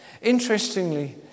Interestingly